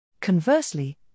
Conversely